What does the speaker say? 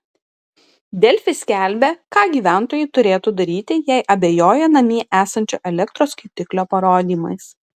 delfi skelbė ką gyventojai turėtų daryti jei abejoja namie esančio elektros skaitiklio parodymais